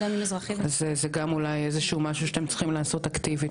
אז זה גם אולי איזה משהו שאתם צריכים לעשות אקטיבית,